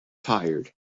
tired